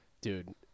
Dude